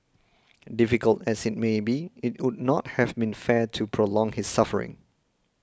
difficult as it may be it would not have been fair to prolong his suffering